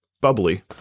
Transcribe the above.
bubbly